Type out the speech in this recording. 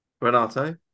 Renato